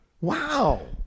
Wow